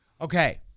Okay